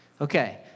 Okay